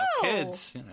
Kids